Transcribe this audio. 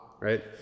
right